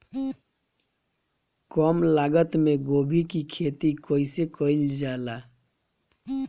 कम लागत मे गोभी की खेती कइसे कइल जाला?